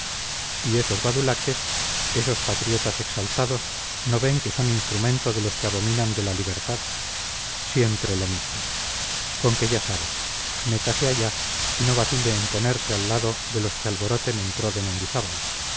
y esos badulaques esos patriotas exaltados no ven que son instrumento de los que abominan de la libertad siempre lo mismo con que ya sabe métase allá y no vacile en ponerse al lado de los que alboroten en pro de mendizábal